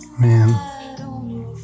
man